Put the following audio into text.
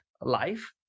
life